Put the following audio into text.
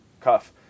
cuff